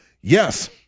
yes